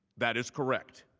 that is correct.